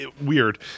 weird